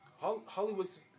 Hollywood's